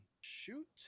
shoot